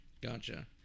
gotcha